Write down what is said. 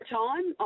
time